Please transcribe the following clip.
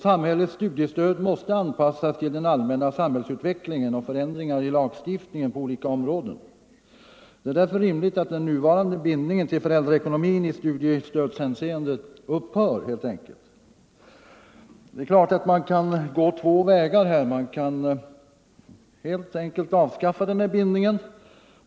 Samhällets studiestöd måste anpassas till den allmänna samhällsutvecklingen och till förändringar i lagstiftningen på olika områden. Det är därför rimligt att den nuvarande bindningen till föräldraekonomin i studiestödshänseende upphör. Man kan gå två vägar. Man kan helt enkelt avskaffa den här bindningen.